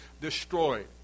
destroyed